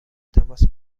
تماس